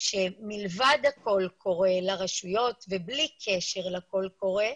שמלבד הקול קורא לרשויות, ובלי קשר לקול קורא,